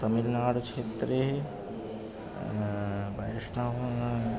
तमिल्नाडुक्षेत्रे वैष्णवः